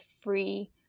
free